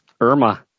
Irma